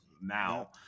now